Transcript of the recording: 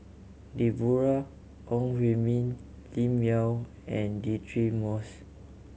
Deborah Ong Hui Min Lim Yau and Deirdre Moss